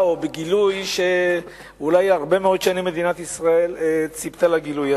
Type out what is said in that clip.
או בגילוי שהרבה מאוד שנים מדינת ישראל ציפתה לו,